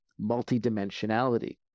multidimensionality